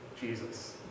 Jesus